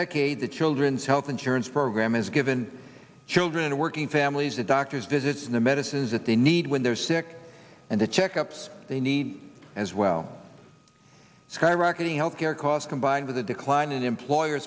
decade the children's health insurance program has given children working families the doctors visits and the medicines that they need when they're sick and the checkups they need as well skyrocketing health care costs combined with the decline in employer